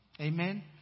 Amen